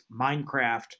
Minecraft